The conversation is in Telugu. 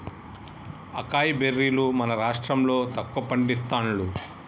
అకాయ్ బెర్రీలు మన రాష్టం లో తక్కువ పండిస్తాండ్లు